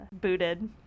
booted